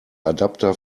adapter